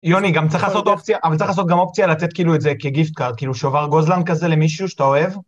יוני, גם צריך לעשות אופציה, אבל צריך לעשות גם אופציה לתת כאילו את זה כגיפט-קארד, כאילו שובר גוזלן כזה למישהו שאתה אוהב.